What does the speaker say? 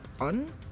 on